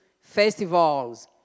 festivals